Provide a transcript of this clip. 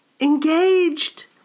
Engaged